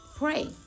Pray